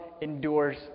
endures